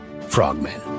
frogmen